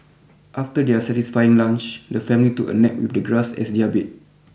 after their satisfying lunch the family took a nap with the grass as their bed